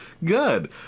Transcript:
Good